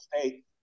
State